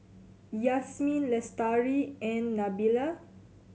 Yasmin Lestari and Nabila